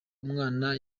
umwana